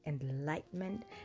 enlightenment